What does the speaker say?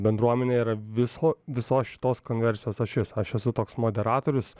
bendruomenė yra viso visos šitos konversijos ašis aš esu toks moderatorius